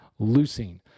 leucine